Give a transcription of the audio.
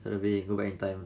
survey go back in time